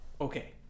Okay